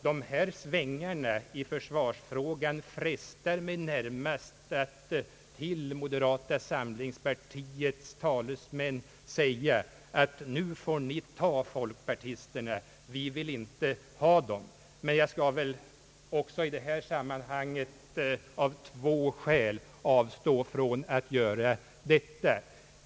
De här svängarna i försvarsfrågan frestar mig närmast att till moderata samlingspartiets talesmän säga att nu får ni ta folkpartisterna, vi vill inte ha dem, men jag skall i detta sammanhang av två skäl avstå från att göra detta.